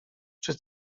czy